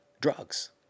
drugs